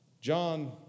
John